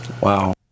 Wow